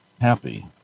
happy